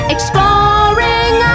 Exploring